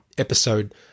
episode